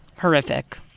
Horrific